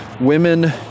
women